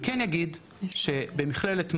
השנייה, היא שבמכללת ׳מרשה׳,